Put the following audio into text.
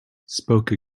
spoke